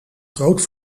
groot